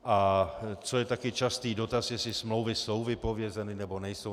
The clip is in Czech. A co je také častý dotaz, jestli smlouvy jsou vypovězeny, nebo nejsou.